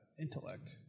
intellect